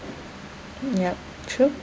yup true